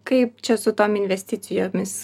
kaip čia su tom investicijomis